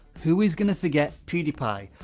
who is going to forget pewdiepie?